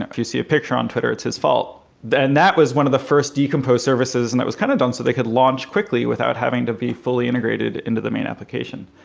if you see a picture on twitter, it's his fault. then that was one of the first decompose services and that was kind of done, so they could launch quickly without having to be fully integrated into the main application.